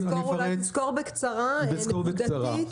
אולי תסקור בקצרה נקודתית.